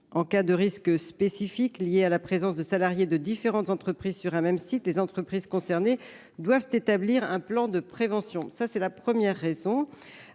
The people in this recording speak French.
En cas de risques spécifiques liés à la présence de salariés de différentes entreprises sur un même site, les entreprises concernées doivent établir un plan de prévention. En outre, la Carsat